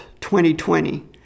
2020